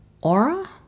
Aura